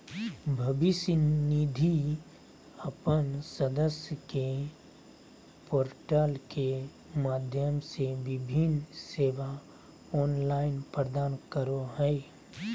भविष्य निधि अपन सदस्य के पोर्टल के माध्यम से विभिन्न सेवा ऑनलाइन प्रदान करो हइ